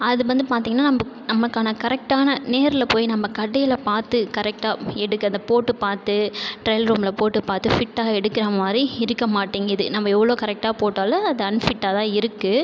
அது வந்து பார்த்திங்கன்னா நம்பக் நமக்கான கரெக்ட்டான நேரில் போய் நம்ப கடையில் பார்த்து கரெக்ட்டாக எடுக்கறத போட்டு பார்த்து ட்ரையல் ரூமில் போட்டு பார்த்து ஃபிட்டாக எடுக்கிறமாதிரி இருக்கமாட்டேங்குது நம்ப எவ்வளோ கரெக்ட்டாக போட்டாலும் அது அன்ஃபிட்டாகதான் இருக்குது